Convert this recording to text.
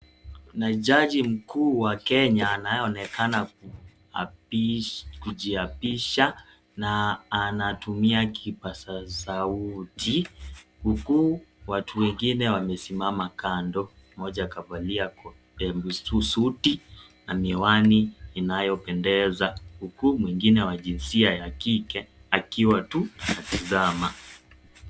Kuna jaji mkuu wa Kenya anayeonekana kujiapisha na anatumia kipaza sauti huku watu wengine wamesimama kando, mmoja kavalia suti na miwani inayopendeza huku mwingine wa jinsia ya kike akiwa tu anatazama.